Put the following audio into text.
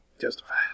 Justified